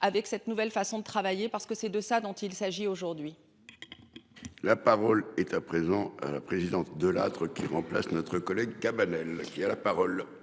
avec cette nouvelle façon de travailler parce que c'est de ça dont il s'agit aujourd'hui. La parole est à présent président de l'âtre qui remplace notre collègue Cabanel qui a la parole.